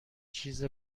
چیز